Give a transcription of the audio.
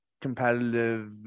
competitive